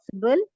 possible